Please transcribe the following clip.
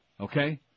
Okay